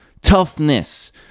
Toughness